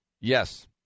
Yes